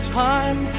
time